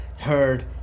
heard